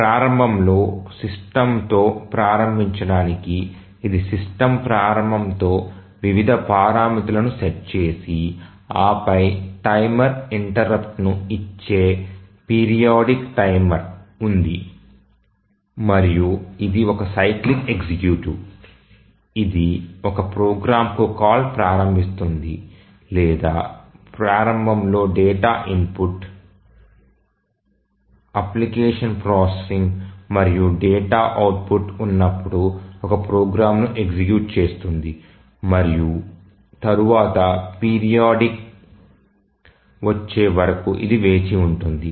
ప్రారంభంలో సిస్టమ్తో ప్రారంభించడానికి ఇది సిస్టమ్ ప్రారంభంతో వివిధ పారామితులను సెట్ చేసి ఆ పై టైమర్ ఇంటెర్రుప్ట్ ని ఇచ్చే పిరియాడిక్ టైమర్ ఉంది మరియు ఇది ఒక సైక్లిక్ ఎగ్జిక్యూటివ్ ఇది ఒక ప్రోగ్రామ్కు కాల్ ప్రారంభిస్తుంది లేదా ప్రారంభంలో డేటా ఇన్పుట్ అప్లికేషన్ ప్రాసెసింగ్ మరియు డేటా అవుట్పుట్ ఉన్నప్పుడు ఒక ప్రోగ్రామ్ను ఎగ్జిక్యూట్ చేస్తుంది మరియు తరువాత పీరియడ్ వచ్చే వరకు ఇది వేచి ఉంటుంది